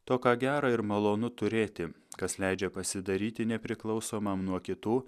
to ką gera ir malonu turėti kas leidžia pasidaryti nepriklausomam nuo kitų